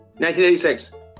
1986